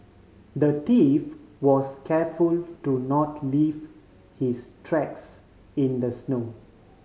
the thief was careful to not leave his tracks in the snow